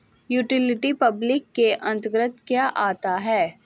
Utility public के अंतर्गत क्या आता है?